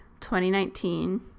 2019